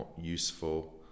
useful